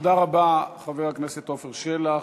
תודה רבה, חבר הכנסת עפר שלח.